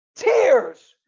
Tears